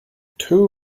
too